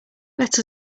let